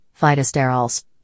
phytosterols